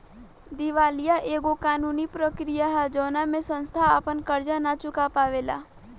दिवालीया एगो कानूनी प्रक्रिया ह जवना में संस्था आपन कर्जा ना चूका पावेला